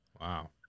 Wow